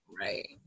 Right